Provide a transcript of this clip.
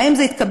האם זה התקבל?